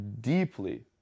deeply